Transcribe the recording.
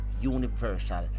universal